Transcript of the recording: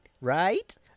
Right